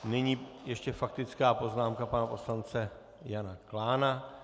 Nyní ještě faktická poznámka pana poslance Jana Klána.